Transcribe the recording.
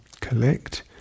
collect